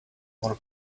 more